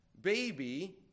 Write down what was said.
baby